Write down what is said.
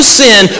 sin